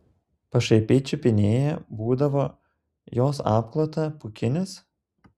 pašaipiai čiupinėja būdavo jos apklotą pūkinis